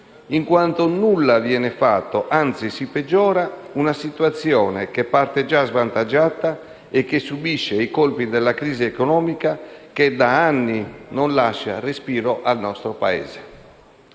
in quanto nulla viene fatto; anzi si peggiora una situazione che parte già svantaggiata e che subisce i colpi della crisi economica che, da anni, non lascia respiro al nostro Paese.